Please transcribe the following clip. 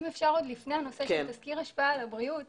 אם אפשר עוד לפני הנושא של תסקיר השפעה על הבריאות